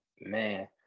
Man